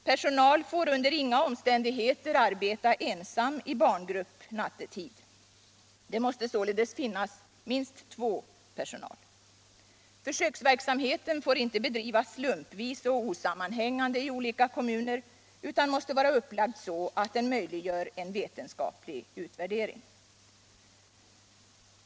Personal får under inga omständigheter arbeta ensam i barngrupp nattetid. Det måste således finnas minst två barnvårdare. Försöksverksamheten får inte bedrivas slumpvis och osammanhängande i olika kommuner utan måste vara upplagd så att den möjliggör en vetenskaplig utvärdering.